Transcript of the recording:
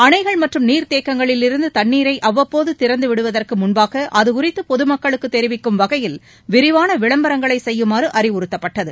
அணைகள் மற்றும் நீர்த்தேக்கங்களிலிருந்து தண்ணீரை அவ்வப்போது திறந்து விடுவதற்கு முன்பாக அதுகுறித்து பொது மக்களுக்கு தெரிவிக்கும் வகையில் விரிவாள விளம்பரங்களை செய்யுமாறு அறிவுறுத்தப்பட்டது